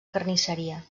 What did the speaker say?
carnisseria